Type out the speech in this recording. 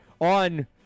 on